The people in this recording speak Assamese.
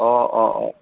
অঁ অঁ অঁ